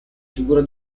figura